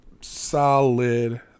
Solid